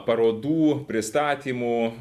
parodų pristatymų